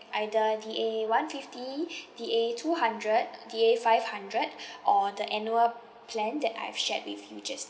either D A one fifty D A two hundred D A five hundred or the annual plan that I've shared with you just now